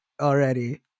already